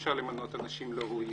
אי-אפשר למנות אנשים לא ראויים,